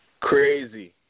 Crazy